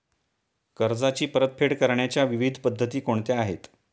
कर्जाची परतफेड करण्याच्या विविध पद्धती कोणत्या आहेत?